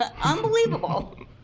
Unbelievable